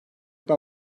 etme